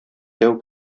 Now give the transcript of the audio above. дәү